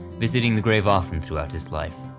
visiting the grave often throughout his life.